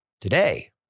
today